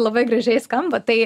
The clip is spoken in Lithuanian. labai gražiai skamba tai